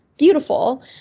beautiful